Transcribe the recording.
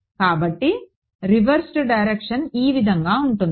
కాబట్టి reversed direction ఈ విధంగా ఉంటుంది